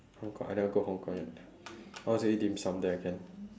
hong-kong I never go hong-kong yet I want to eat dim-sum there can